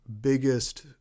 biggest